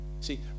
see